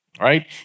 right